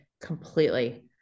Completely